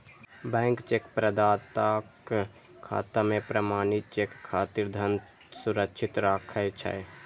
bank cheque प्रदाताक खाता मे प्रमाणित चेक खातिर धन सुरक्षित राखै छै